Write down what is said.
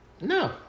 No